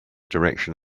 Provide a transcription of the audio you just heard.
direction